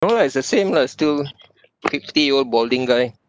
no lah it's the same lah still fifty year old balding guy